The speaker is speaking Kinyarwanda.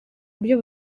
buryo